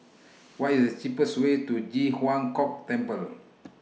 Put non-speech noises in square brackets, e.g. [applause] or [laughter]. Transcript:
[noise] What IS The cheapest Way to Ji Huang Kok Temple